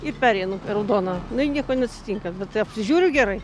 ir pereinu per raudoną nu i nieko neatsitinka bet tai apsižiūriu gerai